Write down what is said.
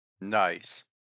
Nice